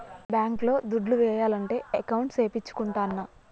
bank లో దుడ్లు ఏయాలంటే అకౌంట్ సేపిచ్చుకుంటాన్న